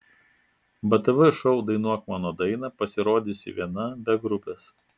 btv šou dainuok mano dainą pasirodysi viena be grupės